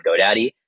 godaddy